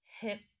hip